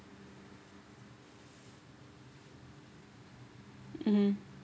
mmhmm